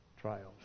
trials